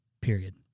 period